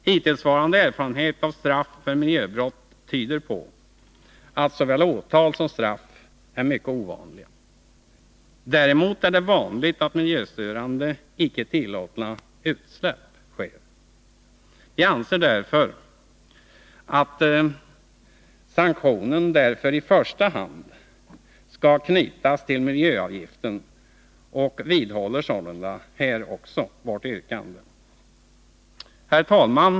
Hittillsvarande erfarenhet av straff för miljöbrott tyder på att såväl åtal som straff är mycket ovanliga. Däremot är det vanligt att miljöstörande icke tillåtna utsläpp sker. Vi anser därför att sanktionen i första hand skall knytas till miljöavgiften och vidhåller sålunda vårt yrkande, också här. Herr talman!